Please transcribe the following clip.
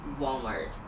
Walmart